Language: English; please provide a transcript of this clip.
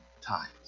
times